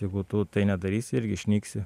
jeigu tu tai nedarysi irgi išnyksi